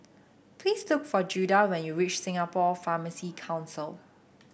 please look for Judah when you reach Singapore Pharmacy Council